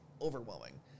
overwhelming